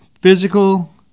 physical